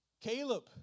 Caleb